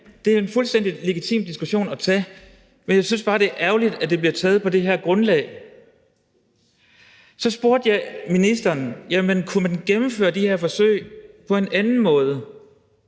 Det er en fuldstændig legitim diskussion at tage, men jeg synes bare, det er ærgerligt, at den bliver taget på det her grundlag. Så spurgte jeg ministeren, om man kunne gennemføre de her forsøg på en anden måde,